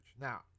Now